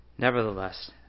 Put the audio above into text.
Nevertheless